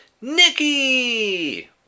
Nikki